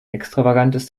extravagantes